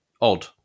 odd